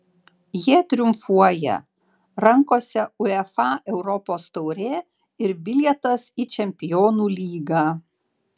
jie triumfuoja rankose uefa europos taurė ir bilietas į čempionų lygą